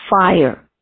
fire